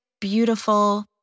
beautiful